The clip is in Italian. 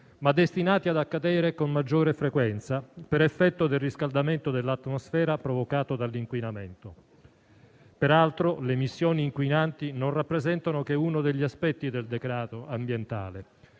ma destinati ad accadere con maggiore frequenza per effetto del riscaldamento dell'atmosfera provocato dall'inquinamento. Peraltro le emissioni inquinanti non rappresentano che uno degli aspetti del degrado ambientale,